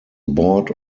board